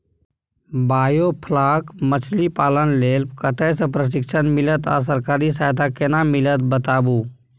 Biofloc मछलीपालन लेल कतय स प्रशिक्षण मिलत आ सरकारी सहायता केना मिलत बताबू?